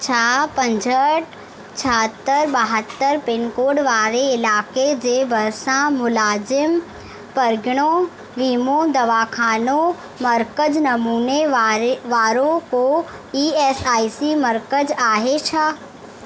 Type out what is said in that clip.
छा पंजहठि छाहतरि बाहतरि पिनकोड वारे इलाइक़े जे भरिसां मुलाज़िम परगि॒णो वीमो दवाख़ानो मर्कज़ु नमूने वारे वारो को ई एस आई सी मर्कज़ु आहे छा